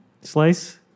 Slice